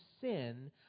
sin